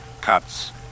Cuts